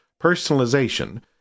personalization